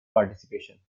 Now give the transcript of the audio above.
participation